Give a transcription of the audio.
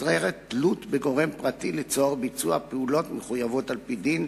נוצרת תלות בגורם פרטי לצורך ביצוע פעולות מחויבות על-פי דין,